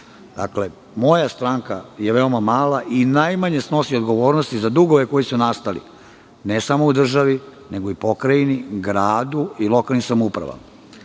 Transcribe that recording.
partiju. Moja stranka je veoma mala i najmanje snosi odgovornosti za dugove koji su nastali ne samo u državi, nego i u pokrajini, gradu i lokalnim samoupravama. Tvrdim